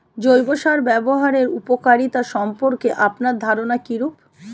জৈব সার ব্যাবহারের উপকারিতা সম্পর্কে আপনার ধারনা কীরূপ?